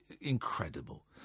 Incredible